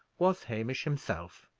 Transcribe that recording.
was hamish himself.